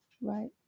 right